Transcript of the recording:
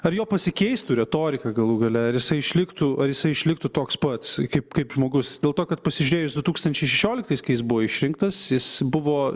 ar jo pasikeistų retorika galų gale ar jisai išliktų ar jisai išliktų toks pats kaip kaip žmogus dėl to kad pasižiūrėjus du tūkstančiai šešioliktais kai jis buvo išrinktas jis buvo